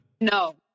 No